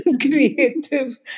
creative